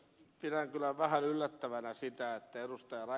pidän kyllä vähän yllättävänä sitä että ed